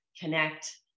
connect